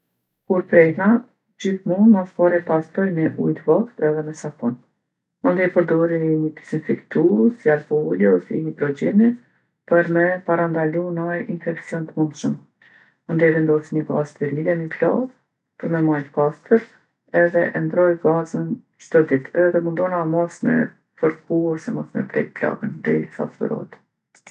Kur prehna, gjithmonë mas pari e pastroj me ujë t'voktë edhe me sapun. Mandej e përdori ni dezinfektus, si alkoholi ose hidrogjeni, për me parandalu naj infekcion t'mundshëm. Mandej vendosi ni gazë sterile mi plagë për me majt pastër edhe e ndrroj gazën çdo ditë edhe mundohna mos me fërku ose mos me e prekë plagën derisa t'shërohet.